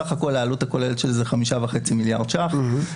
בסך הכול העלות הכוללת של זה היא 5.5 מיליארד שקלים.